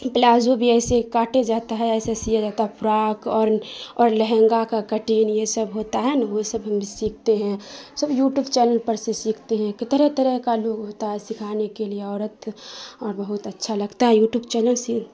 palazzo بھی ایسے کاٹے جاتا ہے ایسے سیا جاتا ہے فراک اور اور لہنگا کا کٹنگ یہ سب ہوتا ہے نا وہ سب ہم بھی سیکھتے ہیں سب یو ٹیوب چینل پر سے سیکھتے ہیں طرح طرح کا لوگ ہوتا ہے سکھانے کے لیے عورت اور بہت اچھا لگتا ہے یو ٹیوب چینل سے